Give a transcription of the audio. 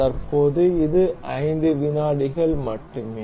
தற்போது இது 5 வினாடிகள் மட்டுமே